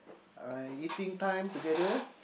uh eating time together